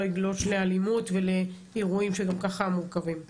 יגלוש לאלימות ולאירועים שגם ככה מורכבים.